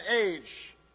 age